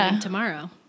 tomorrow